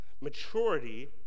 maturity